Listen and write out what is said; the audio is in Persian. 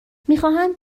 میخواهند